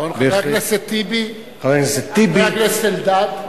חבר הכנסת טיבי וחבר הכנסת אלדד.